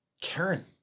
Karen